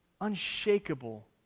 unshakable